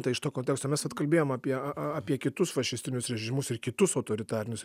tai iš to konteksto mes vat kalbėjom apie apie kitus fašistinius režimus ir kitus autoritarinius